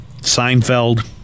Seinfeld